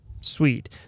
sweet